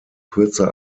kürzer